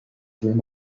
through